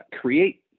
create